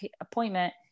appointment